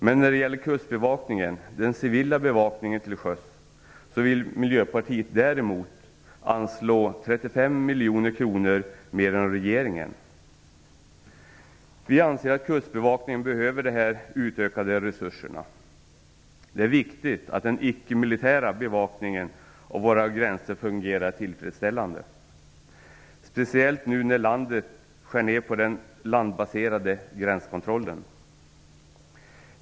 Men när det gäller Kustbevakningen - den civila bevakningen till sjöss - vill Miljöpartiet däremot anslå 35 miljoner kronor mer än regeringen. Vi anser att Kustbevakningen behöver utökade resurser. Det är viktigt att den ickemilitära bevakningen av våra gränser fungerar tillfredsställande - speciellt nu när landet skär ned på den landbaserade gränskontrollen.